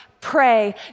Pray